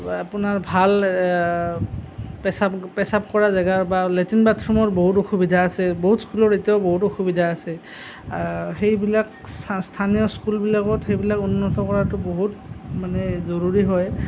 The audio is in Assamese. আপোনাৰ ভাল পেচাব পেচাব কৰা জেগা বা লেট্ৰিন বাথৰুমৰ বহুত অসুবিধা আছে বহুত স্কুলৰ এতিয়াও বহুত অসুবিধা আছে সেইবিলাক স্থানীয় স্কুলবিলাকত সেইবিলাক উন্নত কৰাতো বহুত মানে জৰুৰী হয়